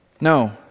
No